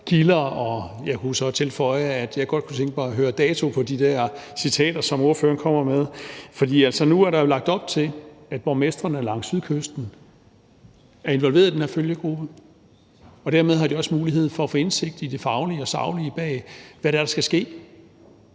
kilder, og jeg kunne så tilføje, at jeg godt kunne tænke mig at høre nogle datoer for de der citater, som ordføreren kommer med. For nu er der jo lagt op til, at borgmestrene langs Sydkysten er involveret i den her følgegruppe, og dermed har de også mulighed for at få indsigt i det faglige og saglige bag, hvad det er, der